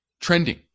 trending